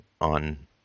on